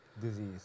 disease